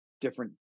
different